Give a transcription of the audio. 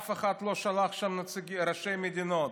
אף אחד לא שלח לשם ראשי מדינות,